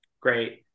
great